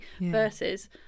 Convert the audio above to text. versus